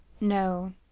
No